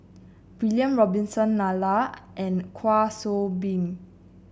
William Robinson Nalla and Kwa Soon Bee